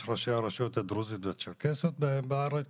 ראשי הרשויות הדרוזיות והצ'רקסיות בארץ